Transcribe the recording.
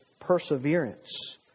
perseverance